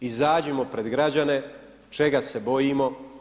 Izađimo pred građane, čega se bojimo?